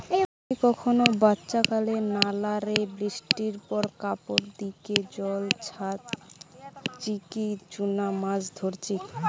তুমি কখনো বাচ্চাকালে নালা রে বৃষ্টির পর কাপড় দিকি জল ছাচিকি চুনা মাছ ধরিচ?